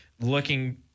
Looking